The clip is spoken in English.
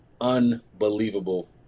unbelievable